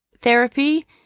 therapy